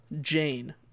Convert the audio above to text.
Jane